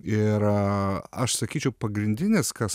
ir aš sakyčiau pagrindinis kas